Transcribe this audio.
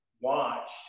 watched